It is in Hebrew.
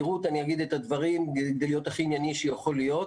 אני אגיד את הדברים במהירות כדי להיות הכי ענייני שיכול להיות.